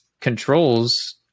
controls